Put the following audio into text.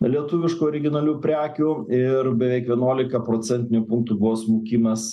lietuviškų originalių prekių ir beveik vienuolika procentinių punktų buvo smukimas